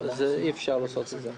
ואי-אפשר לעשות את זה.